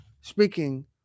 speaking